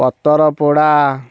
ପତର ପୋଡ଼ା